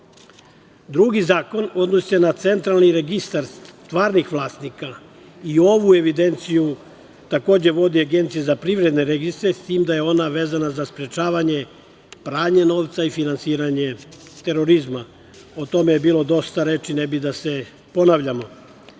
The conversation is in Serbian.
zakon odnosi se na centralni registar stvarnih vlasnika. I ovu evidenciju takođe vodi APR, s tim da je ona vezana za sprečavanje pranja novca i finansiranje terorizma. O tome je bilo dosta reči, ne bih da se ponavljamo. Ove